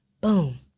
boom